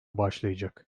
başlayacak